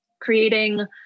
creating